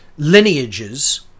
Lineages